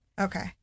Okay